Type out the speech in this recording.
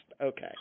Okay